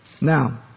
Now